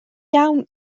iawn